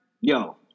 yo